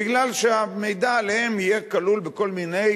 בגלל שהמידע עליהם יהיה כלול בכל מיני